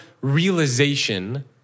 realization